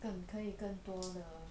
更可以更多的